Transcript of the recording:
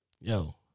yo